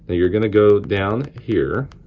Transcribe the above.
ah you're gonna go down here